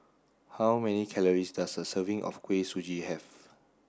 how many calories does a serving of Kuih Suji have